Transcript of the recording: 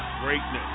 greatness